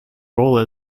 role